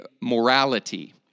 morality